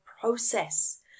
process